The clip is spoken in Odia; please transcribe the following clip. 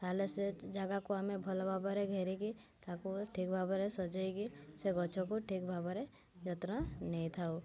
ତା'ହେଲେ ସେ ଜାଗାକୁ ଆମେ ଭଲଭାବରେ ଘେରିକି ତାକୁ ଠିକ୍ ଭାବରେ ସଜାଇକି ସେ ଗଛକୁ ଠିକ୍ ଭାବରେ ଯତ୍ନ ନେଇଥାଉ